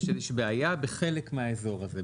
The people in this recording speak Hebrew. יש איזה שהיא בעיה בחלק מהאזור הזה.